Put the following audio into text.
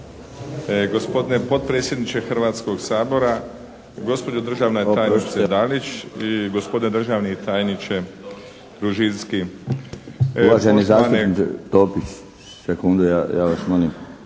Uvaženi zastupnik Topić, sekundu, ja vas molim.